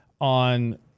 on